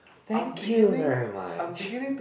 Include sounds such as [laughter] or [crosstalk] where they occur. thank you very much [breath]